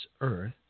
earth